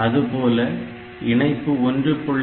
அதுபோல இணைப்பு 1